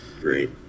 Great